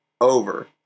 over